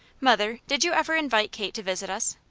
mother, did you ever invite kate to visit us?